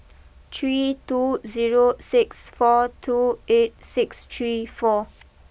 three two zero six four two eight six three four